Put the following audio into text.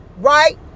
right